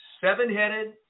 seven-headed